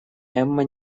эмма